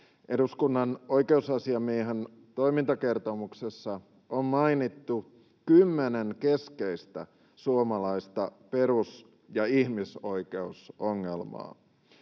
Eduskunnan oikeusasiamiehen toimintakertomuksessa on mainittu kymmenen keskeistä suomalaista perus- ja ihmisoikeusongelmaa.